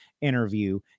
interview